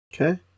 Okay